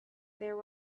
there